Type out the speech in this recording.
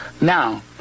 now